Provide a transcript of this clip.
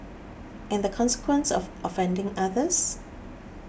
and the consequence of offending others